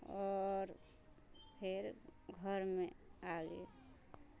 आओर फेर घरमे आ गेली